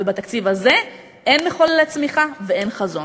ובתקציב הזה אין מחוללי צמיחה ואין חזון.